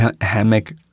Hammock